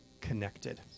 connected